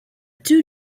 two